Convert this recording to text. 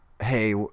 hey